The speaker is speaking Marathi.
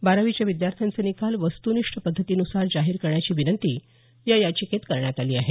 बारावीच्या विद्यार्थ्याँचे निकाल वस्तुनिष्ठ पद्धतीनुसार जाहीर करण्याची विनंती या याचिकेत करण्यात आली आहे